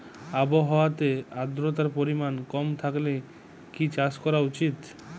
আবহাওয়াতে আদ্রতার পরিমাণ কম থাকলে কি চাষ করা উচিৎ?